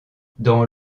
dans